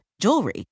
jewelry